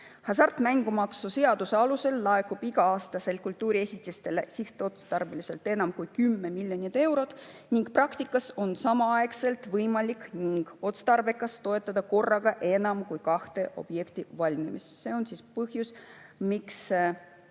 Hasartmängumaksu seaduse alusel laekub iga-aastaselt kultuuriehitistele sihtotstarbeliselt enam kui 10 miljonit eurot ning praktikas on samaaegselt võimalik ja otstarbekas toetada korraga enam kui kahe objekti valmimist. See on põhjus, miks